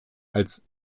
als